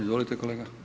Izvolite kolega.